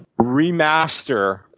remaster